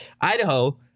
Idaho